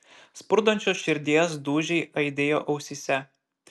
spurdančios širdies dūžiai aidėjo ausyse